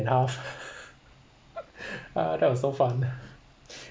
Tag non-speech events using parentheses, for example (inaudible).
in half (laughs) ah that was so fun